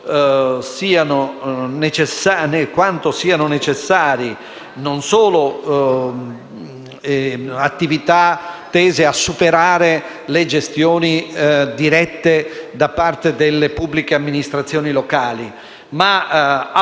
quanto siano necessarie non solo le attività tese a superare le gestioni dirette da parte delle pubbliche amministrazioni locali ma appalti che